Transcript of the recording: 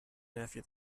nephew